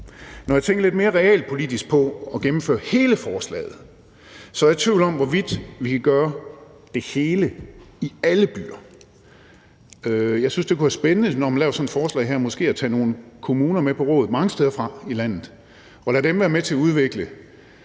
Når jeg lidt mere realpolitisk tænker på at gennemføre hele forslaget, er jeg i tvivl om, hvorvidt vi kan gøre det hele i alle byer. Jeg synes, det kunne være spændende, hvis man, når man laver sådan et forslag her, måske tog nogle kommuner med på råd – og det kunne være fra mange steder i landet – og lod dem være med til at udvikle